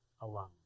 alone